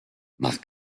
mach